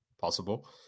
possible